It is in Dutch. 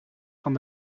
van